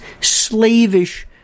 slavish